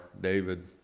David